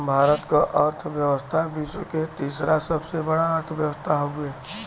भारत क अर्थव्यवस्था विश्व क तीसरा सबसे बड़ा अर्थव्यवस्था हउवे